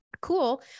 Cool